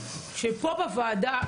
שפה בוועדה,